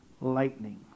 lightning